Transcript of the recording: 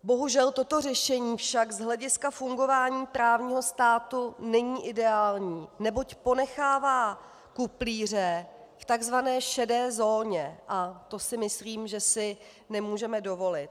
Bohužel toto řešení však z hlediska fungování právního státu není ideální, neboť ponechává kuplíře v tzv. šedé zóně a to si myslím, že si nemůžeme dovolit.